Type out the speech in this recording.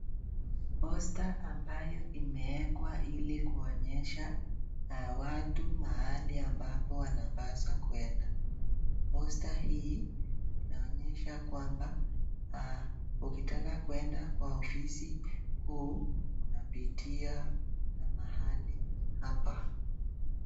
Posta ambayo imewekwa ili kuonyesha watu mahali ambapo wanapaswa kuenda . Posta hii inaonyesha kwamba ukitaka kwenda kwa ofisi huu unapitia mahali hapa .